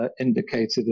indicated